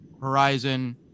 Horizon